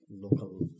local